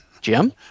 Jim